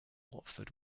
watford